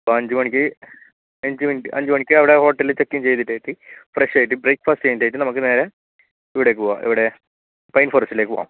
അപ്പോൾ അഞ്ചു മണിക്ക് അഞ്ചു മണിക്ക് അവിടെ ഹോട്ടലിൽ ചെക്കിൻ ചെയ്തിട്ട് എത്തി ഫ്രഷായിട്ട് ബ്രേക്ക്ഫാസ്റ്റ് കഴിഞ്ഞിട്ട് നമുക്ക് നേരെ ഇവിടേക്ക് പോകാം എവിടെ പൈൻ ഫോറെസ്റ്റിലേക്ക് പോകാം